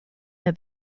near